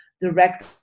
direct